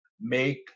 make